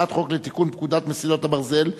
הצעת חוק לתיקון פקודת מסילות הברזל,